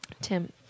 Tim